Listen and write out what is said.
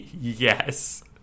Yes